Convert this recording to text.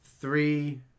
three